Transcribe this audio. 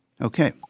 Okay